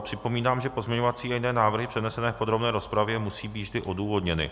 Připomínám, že pozměňovací a jiné návrhy přednesené v podrobné rozpravě musí být vždy odůvodněny.